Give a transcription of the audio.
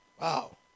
Wow